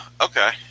okay